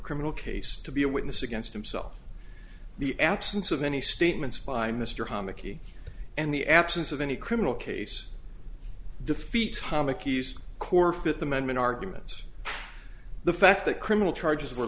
criminal case to be a witness against himself the absence of any statements by mr howe mckee and the absence of any criminal case defeats homik east core fifth amendment arguments the fact that criminal charges were